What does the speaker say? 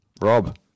Rob